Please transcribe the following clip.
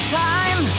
time